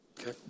Okay